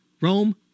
Rome